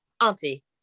auntie